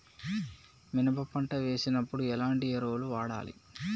మినప పంట వేసినప్పుడు ఎలాంటి ఎరువులు వాడాలి?